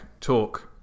talk